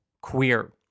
queer